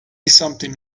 something